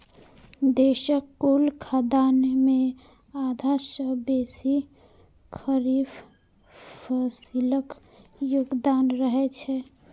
देशक कुल खाद्यान्न मे आधा सं बेसी खरीफ फसिलक योगदान रहै छै